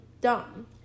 dumb